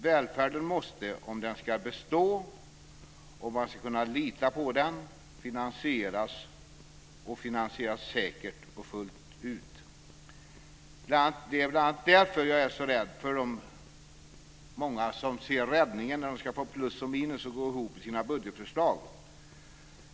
Välfärden måste, om den ska bestå och om man ska kunna lita på den, finansieras, och finansieras säkert och fullt ut. Det är bl.a. därför jag är så rädd för det som för många är räddningen när de ska få ihop plus och minus i sina budgetförslag.